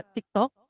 TikTok